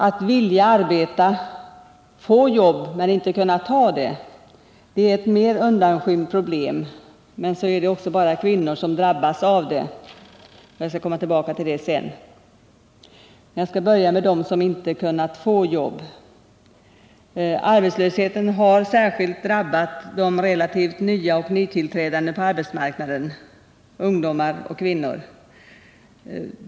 Att vilja arbeta, få jobb, men inte kunna ta det är ett mera undanskymt problem — men så är det bara kvinnor som drabbas av det också. Jag skall senare komma tillbaka till det. Men jag skall börja med dem som inte har kunnat få jobb. Arbetslösheten har särskilt drabbat de relativt nya och nytillträdande på arbetsmarknaden — ungdomar och kvinnor.